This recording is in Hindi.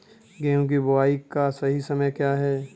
गेहूँ की बुआई का सही समय क्या है?